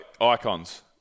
icons